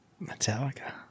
Metallica